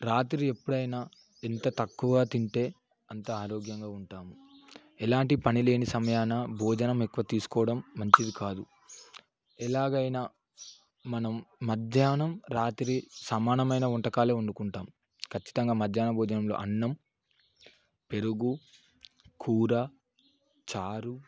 రాత్రి ఎప్పుడైనా ఎంత తక్కువ తింటే అంత ఆరోగ్యంగా ఉంటాము ఎలాంటి పని లేని సమయాన భోజనం ఎక్కువ తీసుకోవడం మంచిది కాదు ఎలాగైనా మనం మధ్యాహ్నం రాత్రి సమానమైన వంటకాలు వండుకుంటాం ఖచ్చితంగా మధ్యాహ్నం భోజనంలో అన్నం పెరుగు కూర చారు